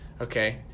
Okay